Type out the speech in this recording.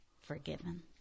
forgiven